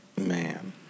Man